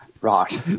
Right